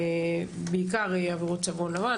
בעיקר בעבירות צווארון לבן,